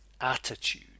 attitude